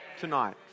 tonight